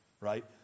Right